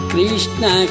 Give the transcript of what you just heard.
Krishna